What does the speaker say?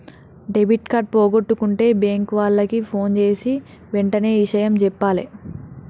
debit card పోగొట్టుకుంటే bank వాళ్లకి ఫోన్జేసి వెంటనే ఇషయం జెప్పాలే